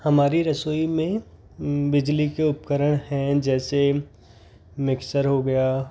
हमारी रसोई में बिजली के उपकरण हैं जैसे मिक्सर हो गया